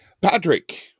Patrick